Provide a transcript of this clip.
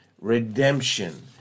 redemption